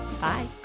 Bye